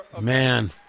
Man